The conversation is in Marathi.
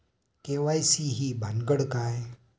के.वाय.सी ही भानगड काय?